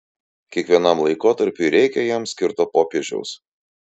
kiekvienam laikotarpiui reikia jam skirto popiežiaus